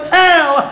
hell